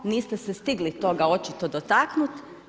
Niste ste stigli toga očito dotaknuti.